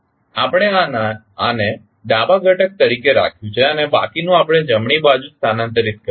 આપણે આને ડાબા ઘટક તરીકે રાખ્યું છે અને બાકીનું આપણે જમણી બાજુ સ્થાનાંતરિત કર્યું છે